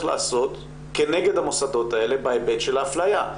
לעשות כנגד המוסדות האלה בהיבט של האפליה.